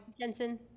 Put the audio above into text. Jensen